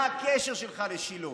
מה הקשר שלך לשילה?